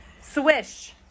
Swish